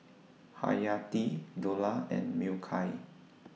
Haryati Dollah and Mikhail